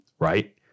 Right